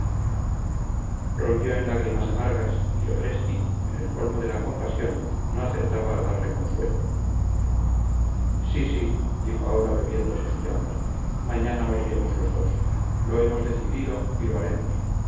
rompió en lágrimas amargas y lopresti en el colmo de la compasión no acertaba a darle consuelo sí sí dijo aura bebiéndose su llanto mañana moriremos los dos lo hemos decidido y lo haremos